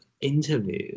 interview